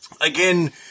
again